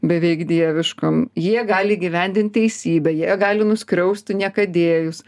beveik dieviškom jie gali įgyvendint teisybę jie gali nuskriausti niekadėjus